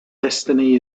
destiny